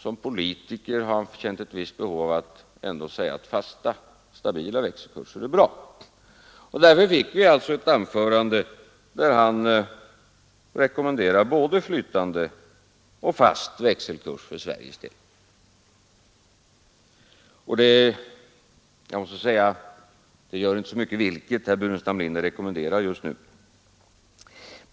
Som politiker har han känt ett visst behov av att ändå säga att fasta stabila växelkurser är bra. Därför fick vi alltså höra ett anförande där han rekommenderade både flytande och fast växelkurs för Sveriges del. Jag måste säga att det gör inte så mycket vilket herr Burenstam Linder rekommenderar just nu.